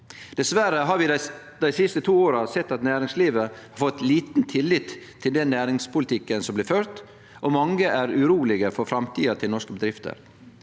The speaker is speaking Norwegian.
Dessverre har vi dei siste to åra sett at næringslivet har fått liten tillit til den næringspolitikken som blir ført, og mange er urolege for framtida til norske bedrifter.